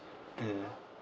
mm